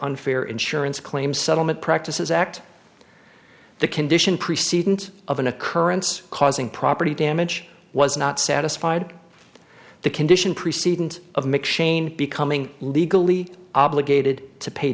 unfair insurance claim settlement practices act the condition preceding of an occurrence causing property damage was not satisfied the condition preceding of mcshane becoming legally obligated to pay